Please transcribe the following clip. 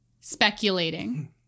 speculating